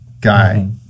guy